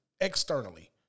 externally